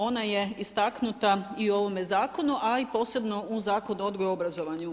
Ona je istaknuta i u ovome zakonu, a i posebno u Zakonu o odgoju i obrazovanju.